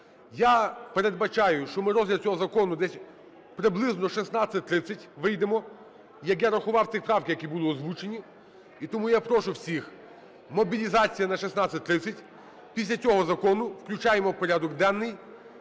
Я передбачаю, що ми розгляд цього закону десь приблизно в 16:30 вийдемо, як я рахував ті правки, які були озвучені. І тому я прошу всіх, мобілізація на 16:30. Після цього закону включаємо в порядок денний